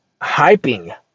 hyping